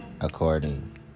according